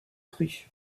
cru